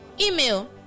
Email